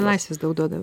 laisvės daug duodavo